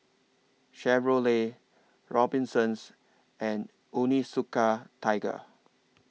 Chevrolet Robinsons and Onitsuka Tiger